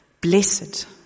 blessed